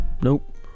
Nope